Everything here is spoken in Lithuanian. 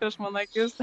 prieš mano akis